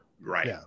Right